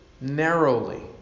narrowly